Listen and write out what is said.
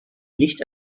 nicht